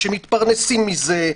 שמתפרנסים בזה,